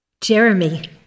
Jeremy